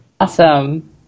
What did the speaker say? Awesome